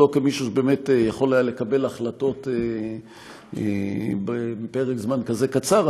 לא כמישהו שבאמת היה יכול לקבל החלטות בפרק זמן כזה קצר,